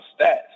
stats